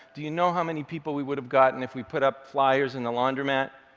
do you know how many people we would've gotten if we put up fliers in the laundromat?